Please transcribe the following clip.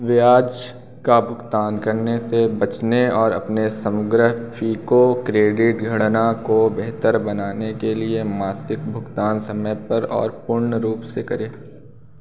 ब्याज का भुगतान करने से बचने और अपने समग्र फिको क्रेडिट गणना को बेहतर बनाने के लिए मासिक भुगतान समय पर और पूर्ण रूप से करें